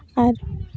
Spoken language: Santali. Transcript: ᱟᱨ